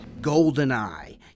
GoldenEye